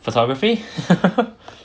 photography